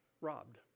Robbed